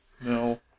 no